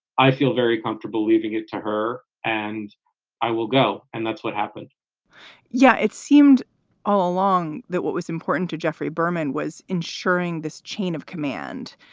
i feel very comfortable leaving it to her. and i will go. and that's what happened yeah. it seemed all along that what was important to jeffrey berman was ensuring this chain of command,